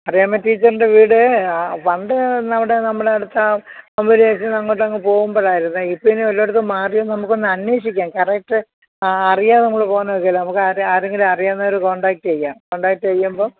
മറിയാമ്മ ടീച്ചറിൻ്റെ വീട് പണ്ട് നമ്മുടെ നമ്മുടെ അടുത്ത അങ്ങോട്ടങ് പോകുമ്പോഴായിരുന്നേ ഇപ്പം ഇനി വല്ലയിടത്തും മാറിയോ നമുക്കൊന്ന് അന്വേഷിക്കാം കറക്റ്റ് ആ അറിയാം നമ്മൾ പോവുന്ന വഴിക്കല്ല നമുക്ക് ആരെങ്കിലും അറിയാവുന്നവർ കോൺടാക്ട് ചെയ്യാം കോൺടാക്ട് ചെയ്യുമ്പോൾ